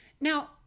Now